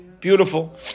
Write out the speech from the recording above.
Beautiful